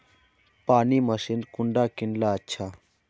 पानी मशीन कुंडा किनले अच्छा?